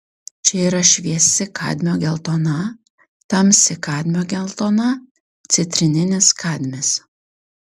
čia yra šviesi kadmio geltona tamsi kadmio geltona citrininis kadmis